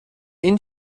این